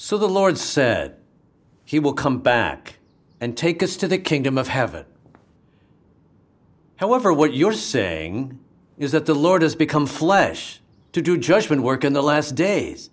so the lord said he will come back and take us to the kingdom of heaven however what you're saying is that the lord has become flesh to do judgment work in the last days